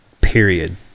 period